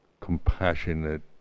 compassionate